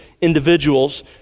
individuals